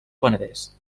penedès